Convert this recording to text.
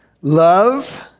love